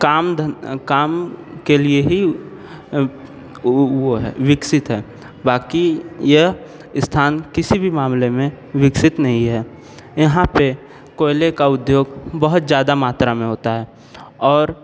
काम काम के लिए ही वह है विकसित है बाकि यह स्थान किसी भी मामले में विकसित नहीं है यहाँ पर कोयले का उद्योग बहुत ज़्यादा मात्रा में होता है और